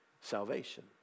salvation